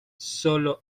sólo